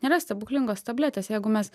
nėra stebuklingos tabletės jeigu mes